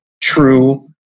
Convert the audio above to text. true